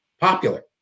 popular